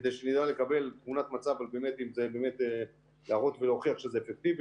כדי שנדע לקבל תמונת מצב להראות ולהוכיח שזה אפקטיבי.